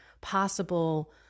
possible